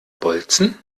bolzen